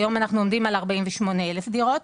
היום אנחנו עומדים על 48,000 דירות